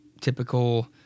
typical